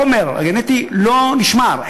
החומר הגנטי לא נשמר,